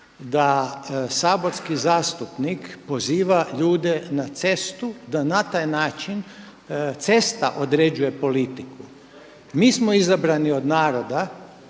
da saborski zastupnik poziva ljude na cestu da na taj način cesta određuje politiku. Mi smo izabrani od naravno